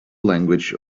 language